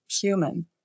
human